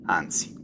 anzi